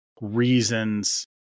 reasons